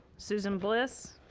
susan bliss,